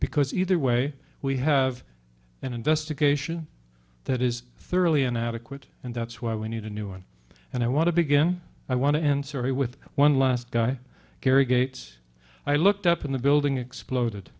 because either way we have an investigation that is thoroughly inadequate and that's why we need a new one and i want to begin i want to answer it with one last guy kerry gate i looked up in the building exploded